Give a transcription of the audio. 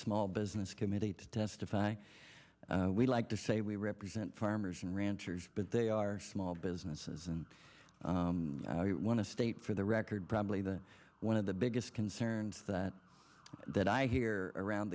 small business committee to testify we'd like to say we represent farmers and ranchers but they are small businesses and we want to state for the record probably the one of the biggest concerns that that i hear around